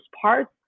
parts